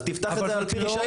אז תפתח את זה על פי רישיון.